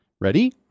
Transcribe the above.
Ready